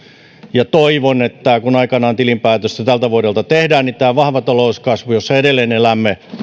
ja toivon että kun aikanaan tilinpäätöstä tältä vuodelta tehdään niin tämä vahva talouskasvu jossa edelleen elämme